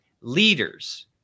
leaders